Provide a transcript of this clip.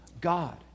God